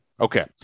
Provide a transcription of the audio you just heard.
okay